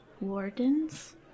wardens